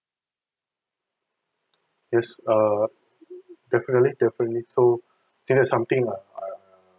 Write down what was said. yes err definitely definitely so you know something like err